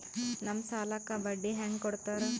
ನಮ್ ಸಾಲಕ್ ಬಡ್ಡಿ ಹ್ಯಾಂಗ ಕೊಡ್ತಾರ?